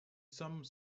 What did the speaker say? some